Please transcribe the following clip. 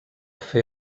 fer